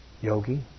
yogi